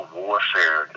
warfare